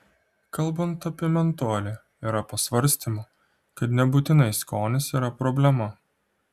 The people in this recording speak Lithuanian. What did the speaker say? kalbant apie mentolį yra pasvarstymų kad nebūtinai skonis yra problema